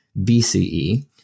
BCE